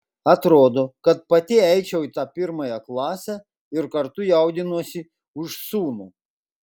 atrodo kad pati eičiau į tą pirmąją klasę ir kartu jaudinuosi už sūnų